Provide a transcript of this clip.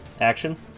Action